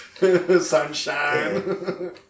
sunshine